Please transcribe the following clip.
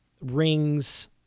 rings